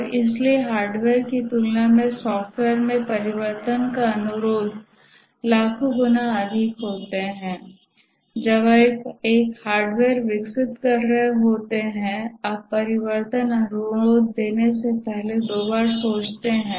और इसलिए हार्डवेयर की तुलना में सॉफ़्टवेयर में परिवर्तन का अनुरोध लाखों गुना अधिक होते हैं जब आप एक हार्डवेयर विकसित कर रहे होते हैं आप परिवर्तन अनुरोध देने से पहले दो बार सोचते हैं